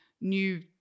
new